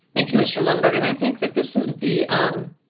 thank you, mr. limburg, and i think that this is the um.